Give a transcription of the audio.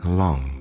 long